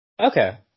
Okay